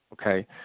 Okay